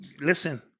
listen